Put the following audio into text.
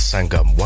Sangam